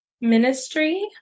ministry